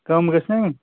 کَم گژھِ نا وۅنۍ